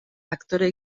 aktore